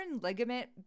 ligament